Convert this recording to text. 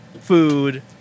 food